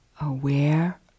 aware